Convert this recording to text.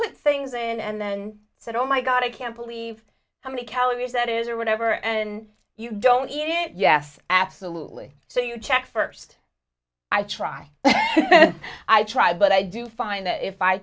put things and then said oh my god i can't believe how many calories that is or whatever and you don't eat it yes absolutely so you check first i try i try but i do find that if i